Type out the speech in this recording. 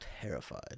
terrified